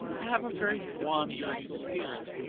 i have a very wandering spirit,